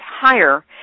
higher